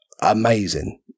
amazing